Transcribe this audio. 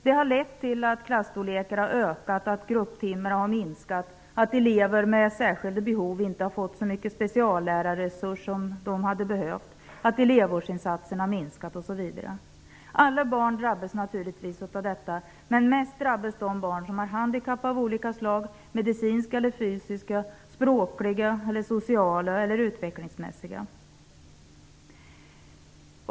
Detta har lett till att det har blivit större klasser, att antalet grupptimmar har minskat, att elever med särskilda behov inte har fått så mycket av speciallärarresurser som de egentligen hade behövt, att elevvårdsinsatserna minskat osv. Alla barn drabbas naturligtvis av detta. Men mest drabbas de barn som har handikapp av något slag. Det kan gälla medicinska eller fysiska handikapp eller språkliga, sociala eller utvecklingsmässiga handikapp.